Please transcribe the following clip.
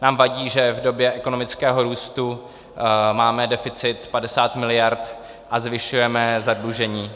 Nám vadí, že v době ekonomického růstu máme deficit 50 miliard a zvyšujeme zadlužení.